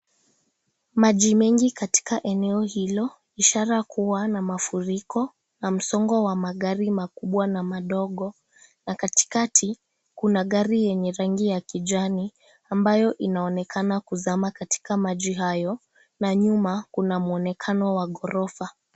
Maji mengi katika eneo hilo, ishara kuwa na mafuriko na msongo wa magari makubwa na madogo, na katikati Kuna gari yenye rangi ya kijani ambayo inaonekana kuzama katika maji hayo, na nyuma Kuna muonekano wa ghorofa